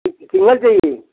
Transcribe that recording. कि सिंगल चाहिए